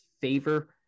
favor